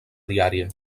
diària